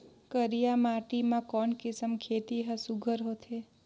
करिया माटी मा कोन किसम खेती हर सुघ्घर होथे?